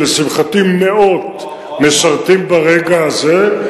ולשמחתי מאות משרתים ברגע הזה.